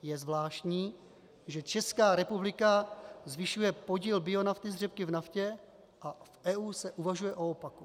Je zvláštní, že Česká republika zvyšuje podíl bionafty z řepky v naftě, a v EU se uvažuje o opaku.